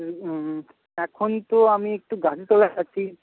হুম এখন তো আমি একটু গাজিতলায় আছি